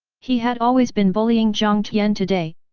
he had always been bullying jiang tian today,